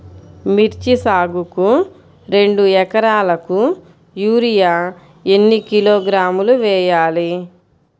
మిర్చి సాగుకు రెండు ఏకరాలకు యూరియా ఏన్ని కిలోగ్రాములు వేయాలి?